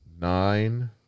nine